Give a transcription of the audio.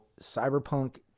cyberpunk